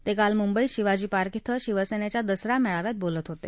मेक्काल मुंबईत शिवाजी पार्क विं शिवसन्त्विया दसरा मळीव्यात बोलत होता